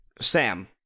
Sam